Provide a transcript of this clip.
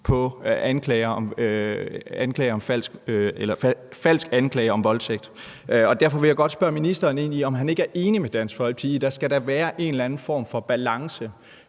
for falsk anklage om voldtægt. Derfor vil jeg godt spørge ministeren ind til, om han ikke er enig med Dansk Folkeparti i, at der da skal være en eller anden form for balance